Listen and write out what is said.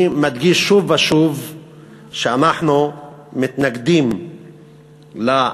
אני מדגיש שוב ושוב שאנחנו מתנגדים לאלימות,